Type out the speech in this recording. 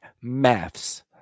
maths